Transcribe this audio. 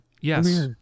yes